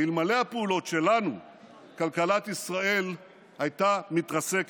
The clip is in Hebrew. אלמלא הפעולות שלנו כלכלת ישראל הייתה מתרסקת,